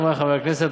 חברי חברי הכנסת,